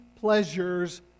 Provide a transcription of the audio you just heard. pleasures